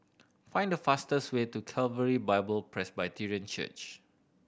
find the fastest way to Calvary Bible Presbyterian Church